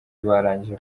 barangije